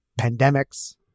pandemics